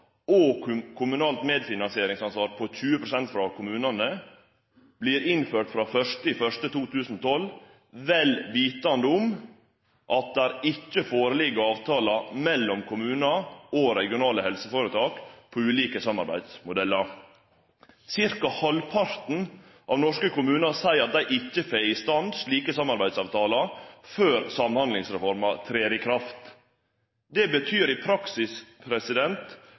kommunalt medfinansieringsansvar på 20 pst. for kommunane vert innført frå 1. januar 2012, vel vitande om at det ikkje ligg føre avtalar mellom kommunar og regionale helseføretak om ulike samarbeidsmodellar. Cirka halvparten av norske kommunar seier at dei ikkje får i stand slike samarbeidsavtalar før Samhandlingsreforma trer i kraft. Det betyr i praksis